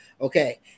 okay